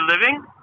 living